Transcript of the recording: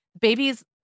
babies